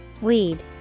Weed